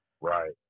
Right